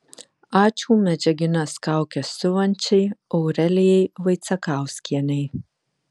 ačiū medžiagines kaukes siuvančiai aurelijai vaicekauskienei